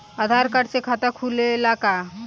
आधार card से खाता खुले ला का?